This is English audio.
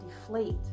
deflate